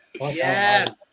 Yes